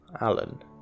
Alan